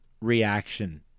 reaction